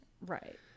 right